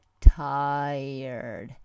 tired